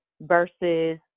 versus